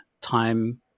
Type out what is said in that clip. time